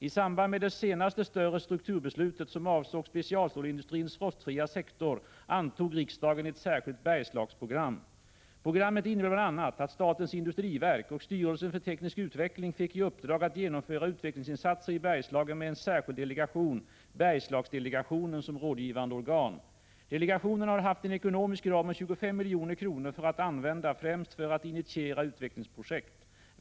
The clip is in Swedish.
I samband med det senaste större strukturbeslutet, som avsåg specialstålsindustrins rostfria sektor, antog riksdagen ett särskilt Bergslagsprogram. Programmet innebar bl.a. att statens industriverk och styrelsen för teknisk utveckling fick i uppdrag att genomföra utvecklingsinsatser i Bergslagen med en särskild delegation, Bergslagsdelegationen, som rådgivande organ. Delegationen har haft en ekonomisk ram om 25 milj.kr. att använda, främst för att initiera utvecklingsprojekt.